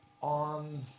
on